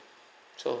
so